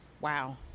Wow